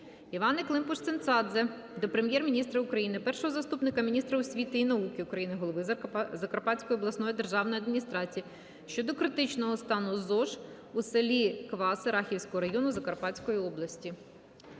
Іванни Климпуш-Цинцадзе до Прем'єр-міністра України, першого заступника міністра освіти і науки України, голови Закарпатської обласної державної адміністрації щодо критичного стану ЗОШ у селі Кваси Рахівського району Закарпатської області.